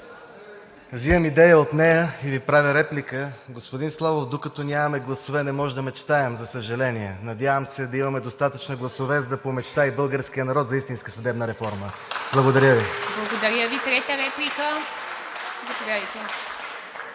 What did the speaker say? взимам идея от нея и Ви правя реплика. Господин Славов, докато нямаме гласове, не можем да мечтаем, за съжаление, надявам се, да имаме достатъчно гласове, за да помечтае и българският народ за истинска съдебна реформа. Благодаря Ви. (Ръкопляскания от